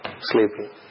sleeping